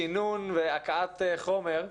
שינון והקאת חומר,